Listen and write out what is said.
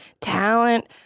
Talent